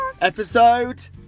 Episode